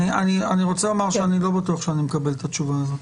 אני רוצה לומר שאני לא בטוח שאני מקבל את התשובה הזאת.